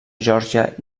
geòrgia